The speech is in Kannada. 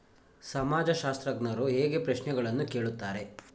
ಸಮಾಜಶಾಸ್ತ್ರಜ್ಞರು ಹೇಗೆ ಪ್ರಶ್ನೆಗಳನ್ನು ಕೇಳುತ್ತಾರೆ?